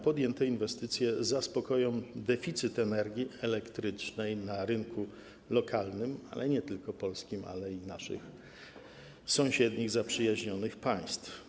Podjęte inwestycje zaspokoją deficyt energii elektrycznej na rynku lokalnym nie tylko polskim, ale i naszych sąsiednich, zaprzyjaźnionych państw.